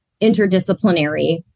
interdisciplinary